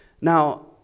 Now